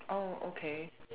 okay